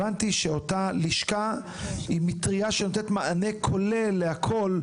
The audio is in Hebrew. הבנתי שאותה לשכה היא מטריה שנותנת מענה כולל להכל.